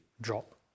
drop